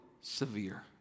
severe